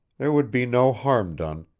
there would be no harm done,